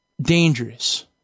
dangerous